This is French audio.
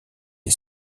est